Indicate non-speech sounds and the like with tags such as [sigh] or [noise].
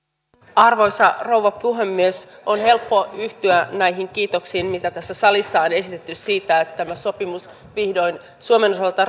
arvoisa rouva puhemies on helppo yhtyä näihin kiitoksiin mitä tässä salissa on esitetty siitä että tämä sopimus vihdoin suomen osalta [unintelligible]